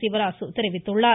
சிவராசு தெரிவித்துள்ளார்